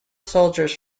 soldiers